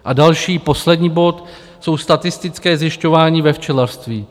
A další poslední bod jsou statistická zjišťování ve včelařství.